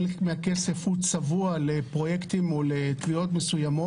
חלק מהכסף הוא צבוע לפרויקטים או לתביעות מסוימים